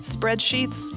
Spreadsheets